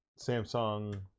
Samsung